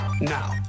Now